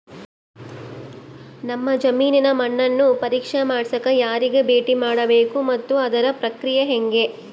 ನಮ್ಮ ಜಮೇನಿನ ಮಣ್ಣನ್ನು ಪರೇಕ್ಷೆ ಮಾಡ್ಸಕ ಯಾರಿಗೆ ಭೇಟಿ ಮಾಡಬೇಕು ಮತ್ತು ಅದರ ಪ್ರಕ್ರಿಯೆ ಹೆಂಗೆ?